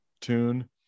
tune